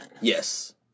Yes